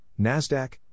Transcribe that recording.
NASDAQ